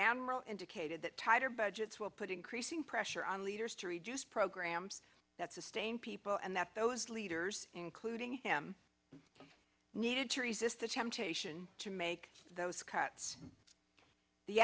admiral indicated that tighter budgets will put increasing pressure on leaders to reduce programs that sustain people and that those leaders including him needed to resist the temptation to make those cuts the